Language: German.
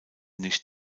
nicht